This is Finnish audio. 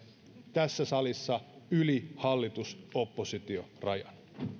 tässä salissa yli hallitus oppositio rajan